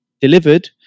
delivered